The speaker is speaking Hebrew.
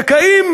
זכאים